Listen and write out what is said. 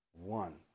One